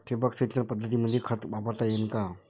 ठिबक सिंचन पद्धतीमंदी खत वापरता येईन का?